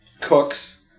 Cooks